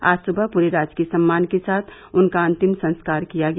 आज सुबह पूरे राजकीय सम्मान के साथ उनका अंतिम संस्कार किया गया